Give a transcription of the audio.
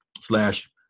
slash